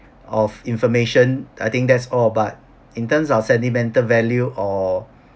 of information I think that's all but in terms of sentimental value or